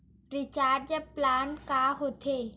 Recharge plan का होथे?